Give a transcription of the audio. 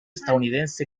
estadounidense